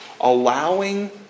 allowing